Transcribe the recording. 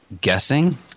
guessing